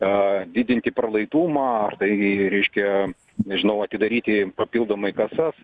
o didinti pralaidumą ar tai reiškia nežinau atidaryti papildomai kasas